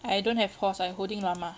I don't have horse I'm holding llama